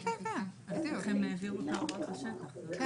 כן.